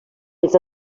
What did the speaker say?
els